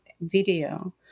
video